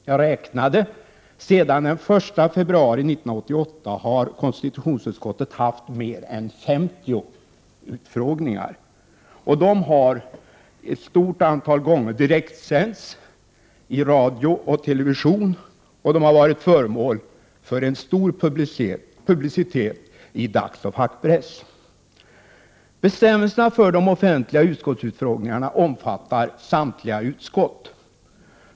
Jag har gjort en sammanräkning och kommit fram till att konstitutionsutskottet sedan den 1 februari 1988 har haft mer än 50 utfrågningar. De har ett stort antal gånger direktsänts i radio och television och varit föremål för stor publicitet i dagsoch fackpress. Bestämmelserna för de offentliga utskottsutfrågningarna omfattar samtliga utskott.